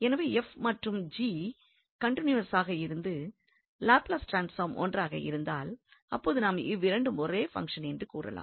எனவே f மற்றும் g கன்டினியூவசாக இருந்து லாப்லஸ் ட்ரான்ஸ்பார்ம் ஒன்றாக இருந்தால் அப்போது நாம் இவ்விரண்டும் ஒரே பங்ஷன் என்று கூறலாம்